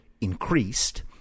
increased